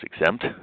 exempt